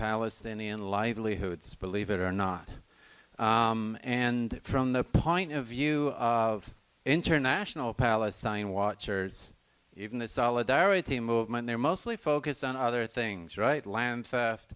palestinian livelihoods believe it or not and from the point of view of international palestine watchers even the solidarity movement there mostly focus on other things right land